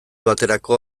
baterako